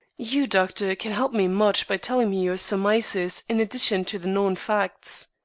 you, doctor, can help me much by telling me your surmises in addition to the known facts.